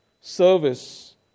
Service